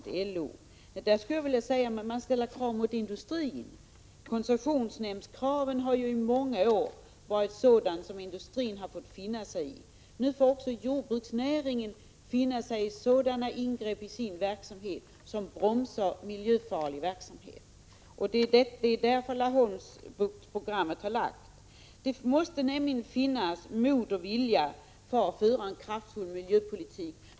Jag skulle i det sammanhanget vilja peka på att man däremot ställer krav på industrin. Koncessionsnämndskraven har under många år varit något som industrin har fått finna sig i. Nu får också jordbruksnäringen finna sig i sådana ingrepp i sin hantering som bromsar miljöfarlig verksamhet. Det är därför man har lagt fram programmet för att rädda Laholmsbukten. Det måste nämligen finnas mod och vilja för att föra en kraftfull miljöpolitik.